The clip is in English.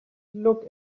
look